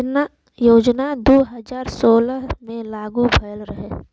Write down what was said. योजना दू हज़ार सोलह मे लागू भयल रहल